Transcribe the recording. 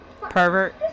Pervert